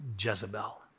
Jezebel